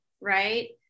right